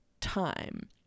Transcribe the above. time